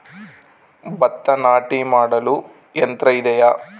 ಭತ್ತ ನಾಟಿ ಮಾಡಲು ಯಂತ್ರ ಇದೆಯೇ?